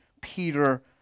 Peter